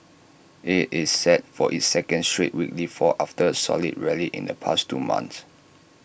IT is set for its second straight weekly fall after A solid rally in the past two months